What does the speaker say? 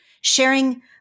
sharing